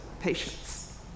patients